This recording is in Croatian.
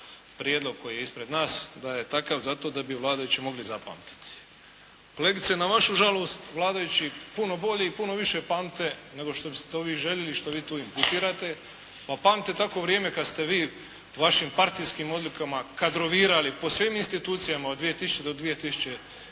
prijedlog koji je ispred nas da je takav zato da bi vladajući mogli zapamtiti. Kolegice na vašu žalost vladajući puno bolje i puno više pamte nego što biste to vi željeli i što vi tu imputirate, pa pamte tako vrijeme kada ste vi vašim partijskim odlukama kadrovirali po svim institucijama od 2000. do kraja